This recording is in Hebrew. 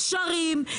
גשרים,